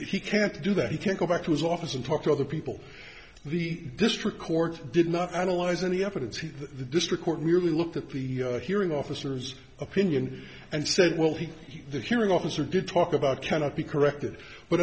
he can't do that he can't go back to his office and talk to other people the district court did not i don't lies any evidence here the district court merely looked at the hearing officers opinion and said well he the hearing officer did talk about cannot be corrected